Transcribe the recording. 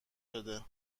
شده